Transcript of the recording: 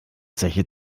zeche